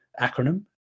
acronym